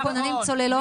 כוננים צוללות.